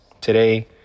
Today